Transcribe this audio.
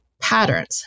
patterns